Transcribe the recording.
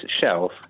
shelf